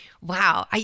Wow